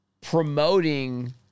promoting